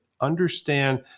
understand